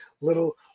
little